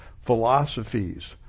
philosophies